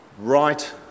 right